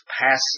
pass